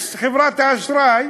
יש, חברת האשראי,